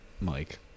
mike